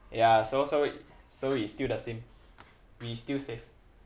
ya so so so it's still the same we still safe